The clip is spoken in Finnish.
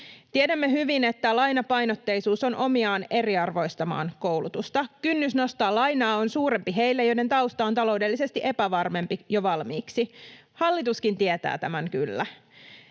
Tiedämme hyvin, että lainapainotteisuus on omiaan eriarvoistamaan koulutusta. Kynnys nostaa lainaa on suurempi heille, joiden tausta on taloudellisesti epävarmempi jo valmiiksi — hallituskin tietää tämän kyllä.